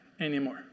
anymore